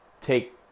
take